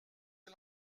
est